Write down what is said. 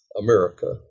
America